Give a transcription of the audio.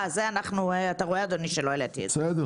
אתה רואה שלא העליתי את זה, אדוני.